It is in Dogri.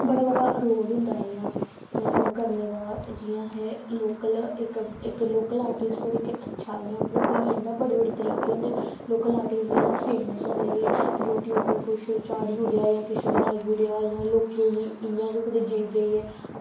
बड़ा जादा रोल होंदा इंया ओह् करने दा जियां असें इक्क लोकल आर्टिस्ट बनी जंंदा ते बड़े बड़े लोकल आर्टिस्ट इंया सब बने दे यूट्यूब पर किश चाढ़ी ओड़ेआ ते बनाई ओड़ेआ ते लोकें गी इंया गै जाई जाई